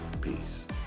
Peace